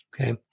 okay